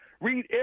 read